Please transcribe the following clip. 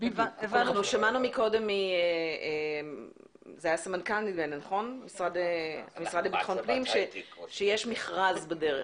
שמענו קודם מסמנכ"ל המשרד לביטחון פנים שבדרך יש מכרז.